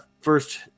first